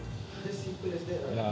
just simple as that ah